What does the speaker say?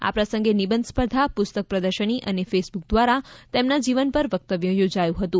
આ પ્રસંગે નિબંધ સ્પર્ધા પુસ્તક પ્રદર્શની અને ફેસબુક દ્વારા તેમના જીવન પર વક્તવ્ય યોજાયું હતું